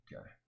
Okay